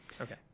okay